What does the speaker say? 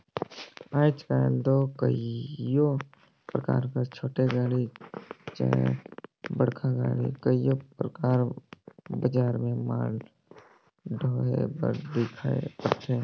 आएज काएल दो कइयो परकार कर छोटे गाड़ी चहे बड़खा गाड़ी कइयो परकार बजार में माल डोहे बर दिखई परथे